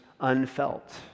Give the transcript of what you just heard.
unfelt